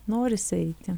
norisi eiti